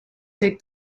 take